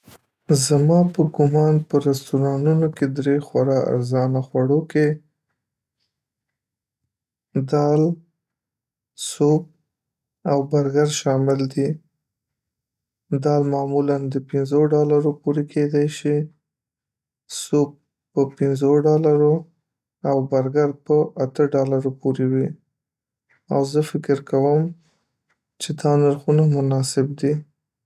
زما په ګمان په رستورانتونو کې درې خورا ازانه خوړو کې دال، سوپ او برګر شامل دي. دال معمولاً د پنځو ډالرو پورې کیدای شي، سوپ په پنځو ډالرو او برګر په اته ډالرو پوري وي او زه فکر کوم چې دا نرخونه مناسب دي.